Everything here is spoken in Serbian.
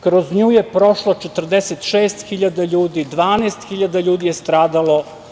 Kroz nju je prošlo 46.000 ljudi, 12.000 ljudi je stradalo.